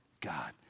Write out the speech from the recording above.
God